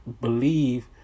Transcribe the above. believe